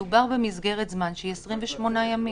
מדובר על מסגרת זמן שהיא 28 ימים.